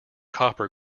copper